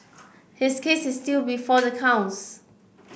his case is still before the courts